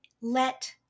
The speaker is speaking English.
let